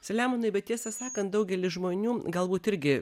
saliamonai bet tiesą sakant daugelis žmonių galbūt irgi